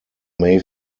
may